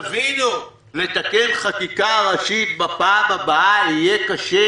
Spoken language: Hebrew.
תבינו, לתקן חקיקה ראשית בפעם הבאה זה יהיה קשה,